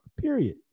period